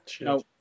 No